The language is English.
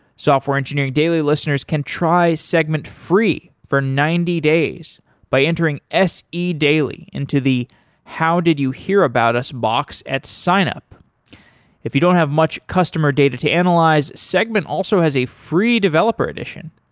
software engineering daily listeners can tray segment free for ninety days by entering se daily into the how did you hear about us box at sign up if you don't have much customer data to analyze, segment also has a free developer edition.